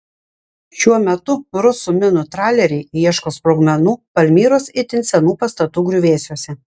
šiuo metu rusų minų traleriai ieško sprogmenų palmyros itin senų pastatų griuvėsiuose